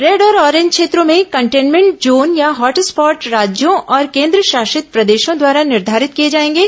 red और orange क्षेत्रों में कंटेनमेंट जोन या हॉट स्पॉट राज्यों और केंद्र शासित प्रदेशों द्वारा निर्धारित किये जाएंगे